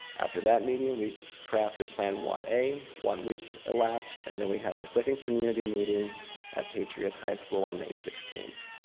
after that meeting, we crafted plan one a. one week elapsed and then we had our second community meeting at patriot high school on may sixteenth.